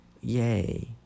Yay